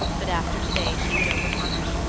but after to-day she would overcome it.